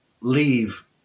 leave